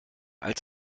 als